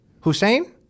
Hussein